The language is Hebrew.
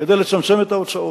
כדי לצמצם את ההוצאות.